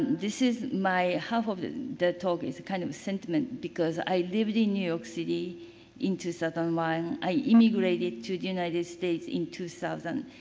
this is my half of the talk is kind of sentiment. because i lived in new york city into southern i immigrated to the united states in two thousand.